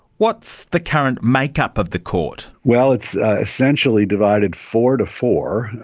what's the current make-up of the court? well, it's essentially divided four to four,